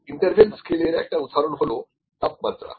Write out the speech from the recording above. interval স্কেলের একটা উদাহরণ হল তাপমাত্রা